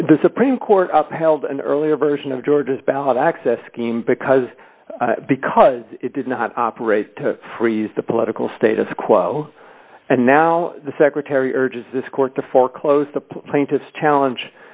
head the supreme court upheld an earlier version of georgia's ballot access scheme because because it did not operate to freeze the political status quo and now the secretary urges this court to foreclose the plaintiffs challenge